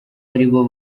aribo